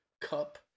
cup